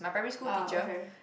ah okay